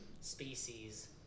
species